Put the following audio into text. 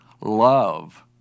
Love